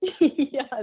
yes